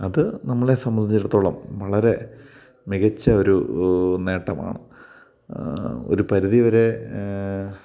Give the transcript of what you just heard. അത് നമ്മളെ സംബന്ധിച്ചെടുത്തോളം വളരെ മികച്ച ഒരു നേട്ടമാണ് ഒരു പരിധി വരെ